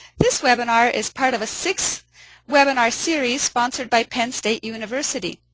this webinar is part of a six webinar series sponsored by penn state university.